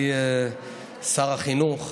ייעודיות ללחימה בפשיעה המאורגנת והחמורה,